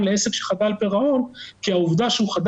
יש הרבה לקוחות רווחה שהם מודרי